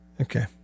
okay